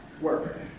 work